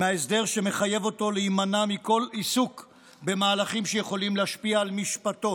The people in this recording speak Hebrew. מההסדר שמחייב אותו להימנע מכל עיסוק במהלכים שיכולים להשפיע על משפטו.